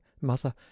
mother